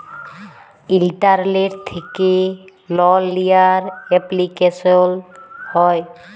ইলটারলেট্ থ্যাকে লল লিয়ার এপলিকেশল হ্যয়